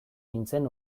nintzen